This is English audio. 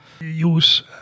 use